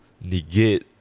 Negate